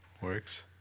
Works